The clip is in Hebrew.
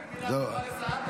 תן מילה טובה לסעדה.